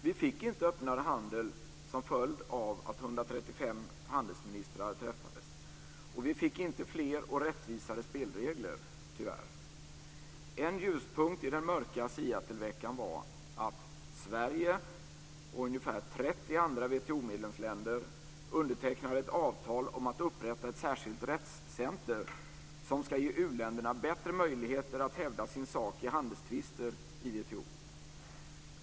Vi fick inte öppnare handel som följd av att 135 handelsministrar träffades, och vi fick tyvärr inte fler och rättvisare spelregler. En ljuspunkt i den mörka Seattleveckan var att Sverige och ungefär 30 andra WTO-medlemsländer undertecknade ett avtal om att upprätta ett särskilt rättscentrum som ska ge u-länderna bättre möjligheter att hävda sin sak i handelstvister i WTO.